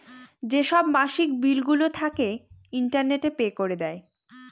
যেসব মাসিক বিলগুলো থাকে, ইন্টারনেটে পে করে দেয়